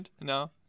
No